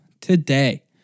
Today